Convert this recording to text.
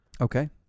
Okay